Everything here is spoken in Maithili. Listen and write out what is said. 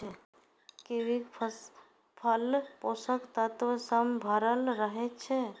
कीवीक फल पोषक तत्व सं भरल रहै छै